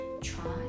try